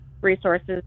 resources